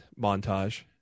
Montage